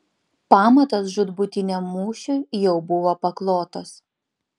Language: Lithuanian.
pamatas žūtbūtiniam mūšiui jau buvo paklotas